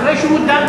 אחרי שהוא דן,